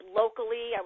locally